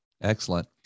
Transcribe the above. Excellent